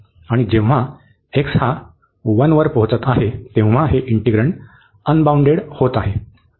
आणि जेव्हा x हा 1 वर पोहोचत आहे तेव्हा हे इंटिग्रन्ड अनबाउंडेड होत आहे